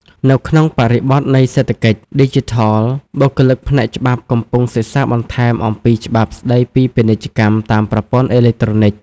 នៅក្នុងបរិបទនៃសេដ្ឋកិច្ចឌីជីថល បុគ្គលិកផ្នែកច្បាប់កំពុងសិក្សាបន្ថែមអំពីច្បាប់ស្តីពីពាណិជ្ជកម្មតាមប្រព័ន្ធអេឡិចត្រូនិក។